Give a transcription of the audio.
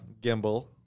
gimbal